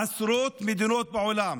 עשרות מדינות בעולם